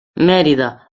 mérida